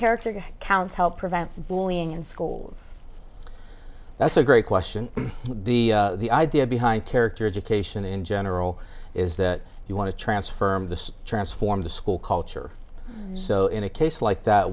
character counts help prevent bullying in schools that's a great question the idea behind character education in general is that you want to transfer me to transform the school culture so in a case like that